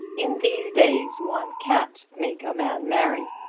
in these days one can't make a man marry!